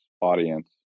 audience